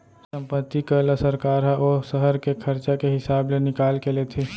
संपत्ति कर ल सरकार ह ओ सहर के खरचा के हिसाब ले निकाल के लेथे